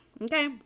okay